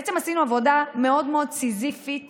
בעצם עשינו עבודה מאוד מאוד סיזיפית